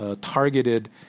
targeted